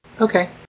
Okay